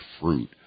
fruit